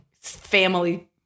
family